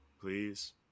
Please